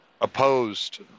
opposed